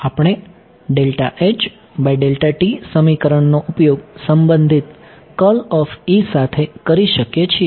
આપણે સમીકરણનો ઉપયોગ સંબંધિત સાથે કરી શકીએ છીએ